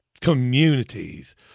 Communities